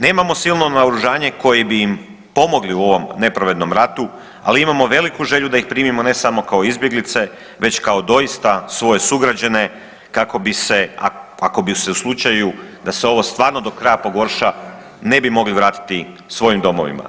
Nemamo silno naoružanje kojim bi im pomogli u ovom nepravednom ratu, ali imamo veliku želju da ih primimo ne samo kao izbjeglice već kao doista svoje sugrađane kako bi se ako bi se u slučaju da se ovo stvarno do kraja pogorša ne bi mogli vratiti svojim domovima.